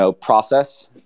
process